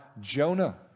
Jonah